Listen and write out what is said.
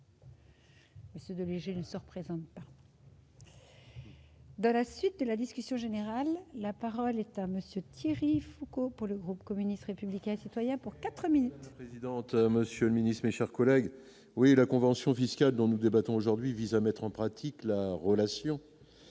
Monsieur de lui je ne se représente. Dans la suite de la discussion générale, la parole est à monsieur Thierry Foucaud pour le groupe communiste républicain et citoyen pour 4 minutes. Présidente, monsieur le Ministre, mes chers collègues, oui la convention fiscale dont nous débattons aujourd'hui vise à mettre en pratique la relation